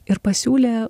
ir pasiūlė